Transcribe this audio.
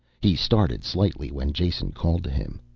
he started slightly when jason called to him.